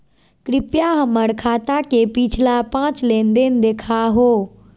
कृपया हमर खाता के पिछला पांच लेनदेन देखाहो